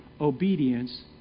obedience